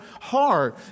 hard